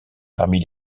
parmi